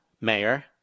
Mayor